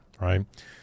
right